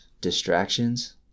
distractions